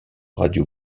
radio